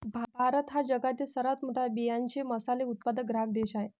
भारत हा जगातील सर्वात मोठा बियांचे मसाले उत्पादक ग्राहक देश आहे